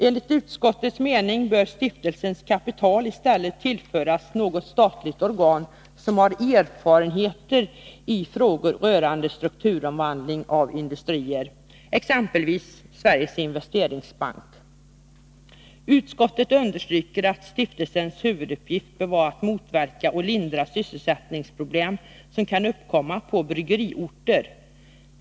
Enligt utskottets mening bör stiftelsekapitalet i stället tillföras något statligt organ som har erfarenhet i frågor rörande strukturomvandling av industrier, exempelvis Sveriges Investeringsbank AB. Utskottet understryker att stiftelsens huvuduppgift bör vara att motverka och lindra sysselsättningsproblem som kan uppkomma på bryggeriorter.